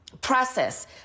process